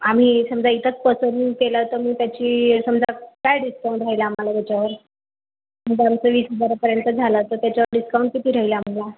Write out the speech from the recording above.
आम्ही समजा इथंच पसंदहून केला तर मग त्याची समजा काय डिस्काउंट होईल आम्हाला त्याच्यावर बारा ते वीस हजारापर्यंत झाला तर त्याच्यावर डिस्काउंट किती राहील आम्हाला